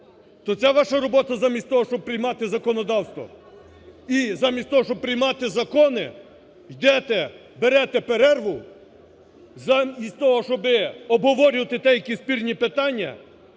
То це ваша робота замість того, щоб приймати законодавство і замість того, щоб приймати закони, йдете, берете перерву замість того, щоби обговорювати деякі спірні питання,